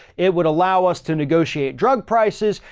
it would allow us to negotiate drug prices.